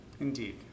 Indeed